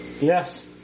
Yes